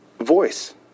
voice